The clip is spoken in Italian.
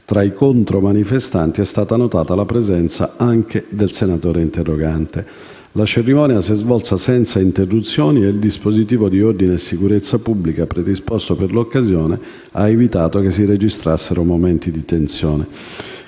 Tra i contromanifestanti è stata notata la presenza anche del senatore interrogante. La cerimonia si è svolta senza interruzioni e il dispositivo di ordine e sicurezza pubblica predisposto per l'occasione ha evitato che si registrassero momenti di tensione.